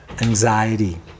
anxiety